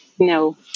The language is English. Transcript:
No